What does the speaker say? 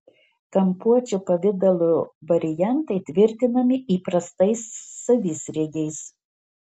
kampuočio pavidalo variantai tvirtinami įprastais savisriegiais